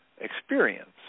experience